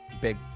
big